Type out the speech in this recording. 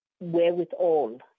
wherewithal